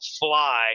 fly